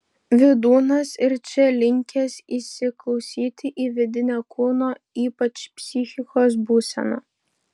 vydūnas ir čia linkęs įsiklausyti į vidinę kūno ypač psichikos būseną